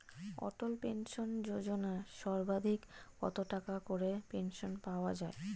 অটল pension Yojana সর্বাধিক কত টাকা করে পেনশন পাওয়া যায়?